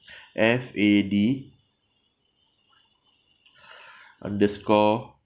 F A D underscore